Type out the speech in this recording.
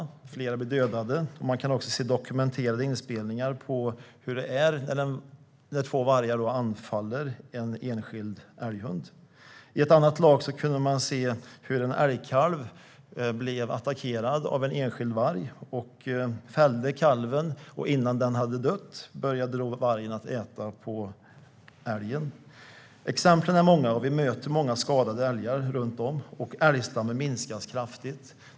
Flera blev dödade. Det finns dokumenterade inspelningar av hur det går till när två vargar anfaller en enskild älghund. I ett annat lag kunde man se hur en älgkalv blev attackerad av en enskild varg. Vargen fällde kalven, och innan älgkalven hade dött började vargen att äta på den. Exemplen är många, och vi möter många skadade älgar. Älgstammen minskar kraftigt.